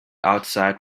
outside